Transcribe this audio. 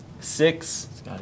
Six